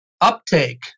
uptake